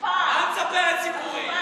אף פעם, מה את מספרת סיפורים?